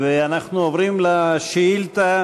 אנחנו עוברים לשאילתה